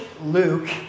Luke